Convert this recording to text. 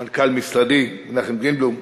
מנכ"ל משרדי מנחם גרינבלום,